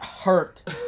hurt